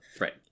Right